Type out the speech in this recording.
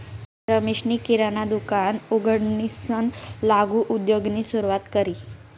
रमेशनी किराणा दुकान उघडीसन लघु उद्योगनी सुरुवात करी